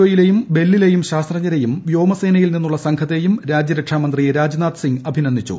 O യിലെയും ബെല്ലിലെയും ശാസ്ത്രജ്ഞരെയും വ്യോമസേനയിൽ നിന്നുള്ള സംഘത്തെയും രാജ്യരക്ഷാമന്ത്രി രാജ്നാഥ് സിങ് അഭിനന്ദിച്ചു